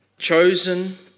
Chosen